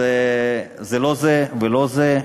אז זה לא זה ולא זה.